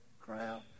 crown